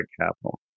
capital